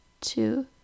two